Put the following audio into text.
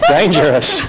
Dangerous